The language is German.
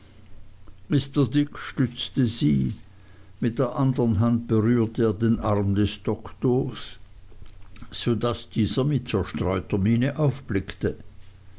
mr dick stützte sie mit der andern hand berührte er den arm des doktors so daß dieser mit zerstreuter miene aufblickte